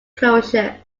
closure